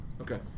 Okay